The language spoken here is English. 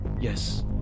Yes